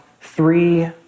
three